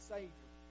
Savior